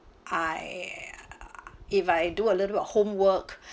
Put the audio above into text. I if I do a little of homework